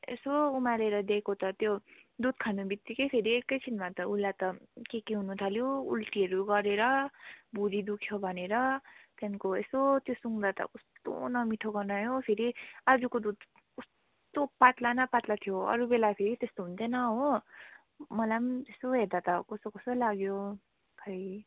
यसो उमालेर दिएको त त्यो दुध खाने बित्तिकै फेरि एकैछिनमा उसलाई त के के हुनु थाल्यो उल्टीहरू गरेर भुँडी दुख्यो भनेर त्यहाँदेखिको यसो त्यो सुँघ्दा त कस्तो नमिठो गनायो फेरि आजको दुध कस्तो पातला न पातला थियो अरू बेला फेरि त्यस्तो हुन्थेन हो मलाई पनि यसो हेर्दा त कस्तो कस्तो लाग्यो खै